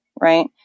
Right